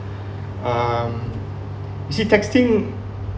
um it is testing